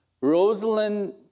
Rosalind